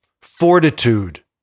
fortitude